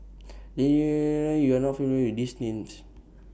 YOU Are not familiar with These Names